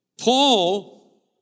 Paul